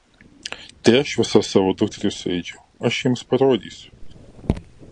tai aš visas savo dukteris suėdžiau aš jiems parodysiu